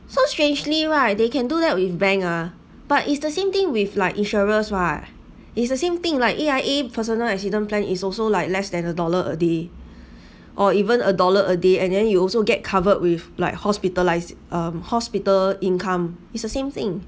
so strangely right they can do that with bank ah but it's the same thing with like insurers ah it's the same thing like A_I_A personal accident plan is also like less than a dollar a day or even a dollar a day and then you also get covered with like hospitalized um hospital income it's the same thing